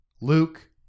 Luke